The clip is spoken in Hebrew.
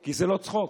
כי זה לא צחוק.